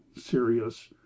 serious